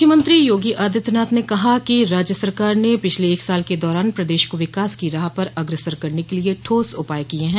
मुख्यमंत्री योगी आदित्यनाथ ने कहा है कि राज्य सरकार ने पिछले एक साल के दौरान प्रदेश को विकास की राह पर अग्रसर करने के लिए ठोस उपाय किये हैं